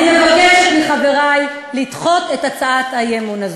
אני מבקשת מחברי הכנסת לדחות את הצעת האי-אמון הזאת.